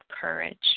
courage